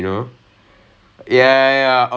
oh ya ya I know I know